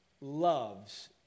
loves